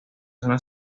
zona